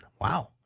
Wow